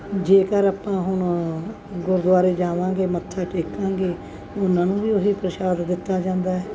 ਜੇਕਰ ਆਪਾਂ ਹੁਣ ਗੁਰਦੁਆਰੇ ਜਾਵਾਂਗੇ ਮੱਥਾ ਟੇਕਾਂਗੇ ਉਹਨਾਂ ਨੂੰ ਵੀ ਉਹ ਹੀ ਪ੍ਰਸ਼ਾਦ ਦਿੱਤਾ ਜਾਂਦਾ